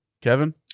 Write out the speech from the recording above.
Kevin